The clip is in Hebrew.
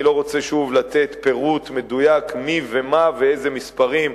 אני לא רוצה שוב לתת פירוט מדויק מי ומה ואיזה מספרים,